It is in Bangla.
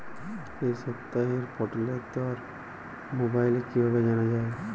এই সপ্তাহের পটলের দর মোবাইলে কিভাবে জানা যায়?